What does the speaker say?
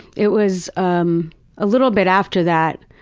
it was um a little bit after that.